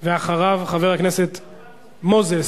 ואחריו, חבר הכנסת מוזס.